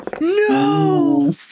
No